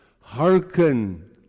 hearken